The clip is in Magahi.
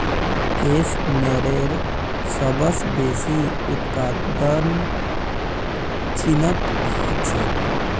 केस मेयरेर सबस बेसी उत्पादन चीनत ह छेक